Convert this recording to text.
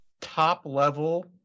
top-level